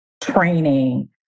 training